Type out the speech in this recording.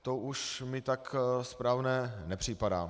To už mi tak správné nepřipadá.